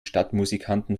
stadtmusikanten